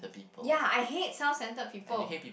yeah I hate self handle of people